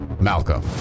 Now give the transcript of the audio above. Malcolm